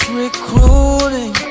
recruiting